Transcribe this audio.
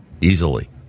easily